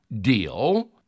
deal